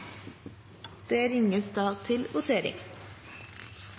Det blir da ringt til votering.